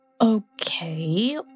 Okay